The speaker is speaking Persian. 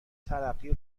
ترقی